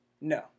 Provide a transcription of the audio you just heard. No